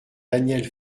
daniel